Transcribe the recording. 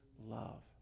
love